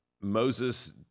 Moses